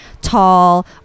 tall